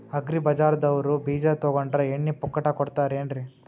Agri ಬಜಾರದವ್ರು ಬೀಜ ತೊಗೊಂಡ್ರ ಎಣ್ಣಿ ಪುಕ್ಕಟ ಕೋಡತಾರೆನ್ರಿ?